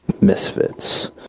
Misfits